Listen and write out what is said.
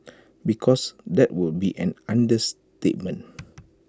because that would be an understatement